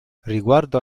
riguardo